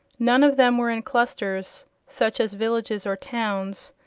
none of them were in clusters, such as villages or towns,